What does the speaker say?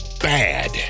bad